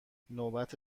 نوبت